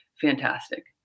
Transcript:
fantastic